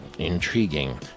Intriguing